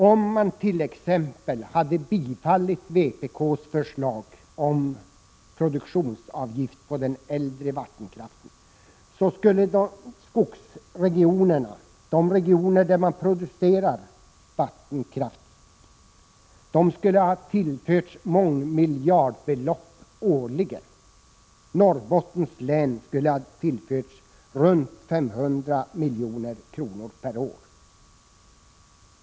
Om t.ex. vpk:s förslag om produktionsavgift på den äldre vattenkraften hade bifallits skulle skogsregionerna, de regioner där man producerar vattenkraften, ha tillförts mångmiljardbelopp årligen. Norrbottens län skulle ha tillförts runt 500 milj.kr. per år.